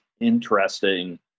interesting